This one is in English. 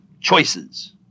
choices